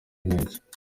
nkeke